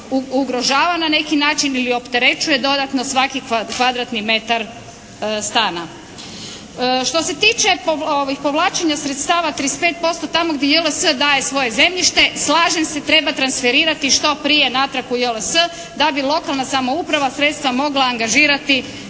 ugrožava na neki način ili opterećuje dodatno svaki kvadratni metar stana. Što se tiče ovih povlačenja sredstava 35% tamo gdje JLS daje svoje zemljište, slažem se treba transferirati što prije natrag u JLS da bi lokalna samouprava sredstva mogla angažirati